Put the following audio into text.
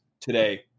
today